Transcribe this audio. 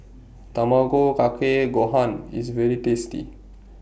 Tamago Kake Gohan IS very tasty